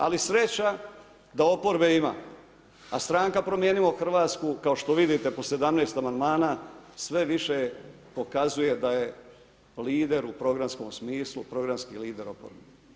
Ali, sreća da oporbe ima, a stranka Promijenimo Hrvatsku, kao što vidite po 17. amandmana, sve više pokazuje da je lider u programskom smislu, programski lider oporbe.